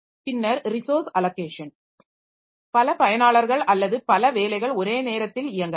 பின்னர் resource allocation பல பயனாளர்கள் அல்லது பல வேலைகள் ஒரே நேரத்தில் இயங்கலாம்